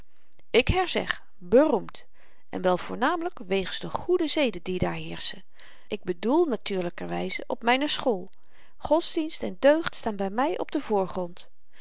ik herzeg beroemd en wel voornamelyk wegens de goede zeden die daar heerschen ik bedoel natuurlykerwyze op myne school godsdienst en deugd staan by my op den voorgrond